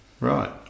Right